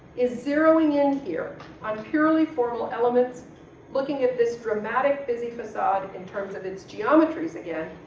is zeroing in here on purely formal elements looking at this dramatic busy facade in terms of its geometries again,